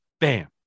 Bam